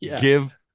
Give